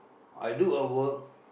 I do a work